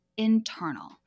internal